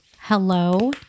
Hello